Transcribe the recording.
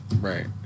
right